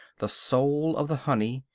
the soul of the honey,